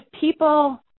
people